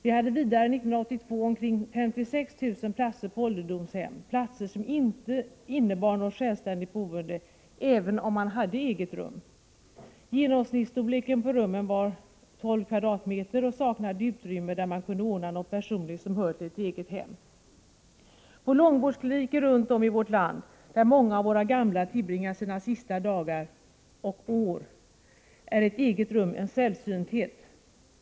1982 hade vi vidare omkring 56 000 platser på ålderdomshem, platser som inte innebar något självständigt boende, även om man hade eget rum. Genomsnittsstorleken på rummen var 12 m?, och de saknade utrymme där man kunde inreda med någonting personligt från det egna hemmet. På långvårdskliniker runt om i vårt land, där många av våra gamla tillbringar sina sista dagar, ja t.o.m. år, är ett eget rum en sällsynhet.